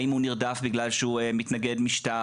האם הוא נרדף בגלל שהוא מתנגד משטר,